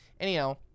Anyhow